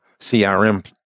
CRM